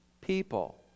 people